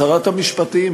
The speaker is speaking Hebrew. שרת המשפטים.